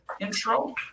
intro